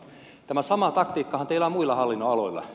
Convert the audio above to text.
tämä sama taktiikkahan teillä on muilla hallinnonaloilla